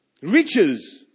Riches